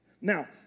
Now